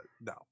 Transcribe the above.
no